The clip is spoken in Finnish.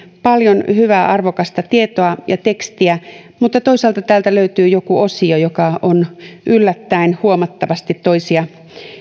paljon hyvää arvokasta tietoa ja tekstiä mutta toisaalta täältä löytyy joku osio joka on yllättäen huomattavasti toisia